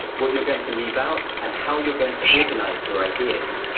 what you're going to leave out, and how you're going to organize your ideas.